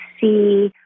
see